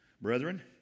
Brethren